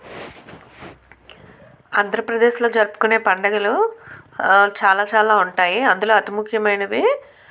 ఆంధ్రప్రదేశ్లో జరుపుకునే పండగలు చాలా చాలా ఉంటాయి అందులో అతి ముఖ్యమైనవి